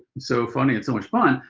so funny and so much fun.